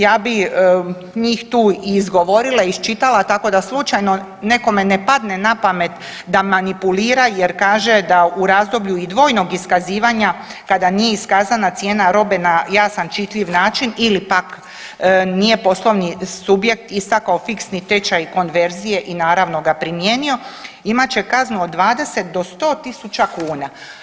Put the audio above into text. Ja bi njih tu i izgovorila i iščitala, tako da slučajno nekome ne padne na pamet da manipulira jer kaže da u razdoblju i dvojnog iskazivanja, kada nije iskazana cijena robe na jasan, čitljiv način ili pak nije poslovni subjekt istakao fiksni tečaj konverzije i naravno ga, primijenio, imat će kaznu od 20 do 100 tisuća kuna.